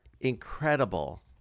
incredible